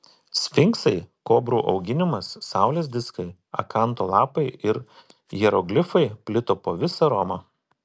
sfinksai kobrų auginimas saulės diskai akanto lapai ir hieroglifai plito po visą romą